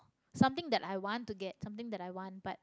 something that I want to get something that I want but